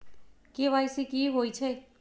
KYC कि होई छई?